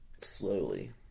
slowly